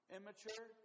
Immature